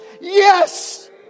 Yes